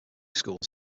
schools